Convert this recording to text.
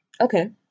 Okay